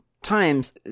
times